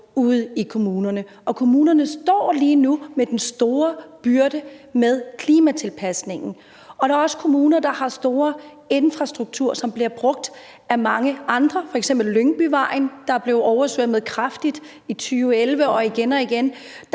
ude i kommunerne, og kommunerne står lige nu med den store byrde med klimatilpasningen. Der er også kommuner, der har stor infrastruktur, som bliver brugt af mange andre, f.eks. motorvejsstrækningen ved Lyngbyvejen, der blev kraftigt oversvømmet i 2011 og igen og igen